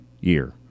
year